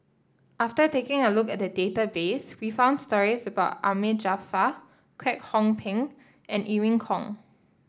after taking a look at the database we found stories about Ahmad Jaafar Kwek Hong Png and Irene Khong